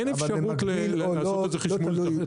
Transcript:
לא תלוי --- אין אפשרות לעשות את זה חשמול תחתי?